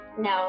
No